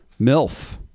MILF